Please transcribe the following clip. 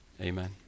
Amen